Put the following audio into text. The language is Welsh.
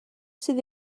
sydd